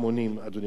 אדוני היושב-ראש.